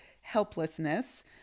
helplessness